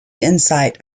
insight